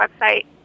website